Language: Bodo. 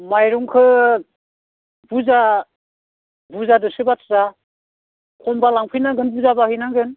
माइरंखौ बुरजा बुरजाजोंसो बाथ्रा खमबा लाफैनांगोन बुरजाबा हैनांगोन